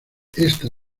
esta